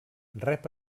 rep